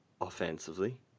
offensively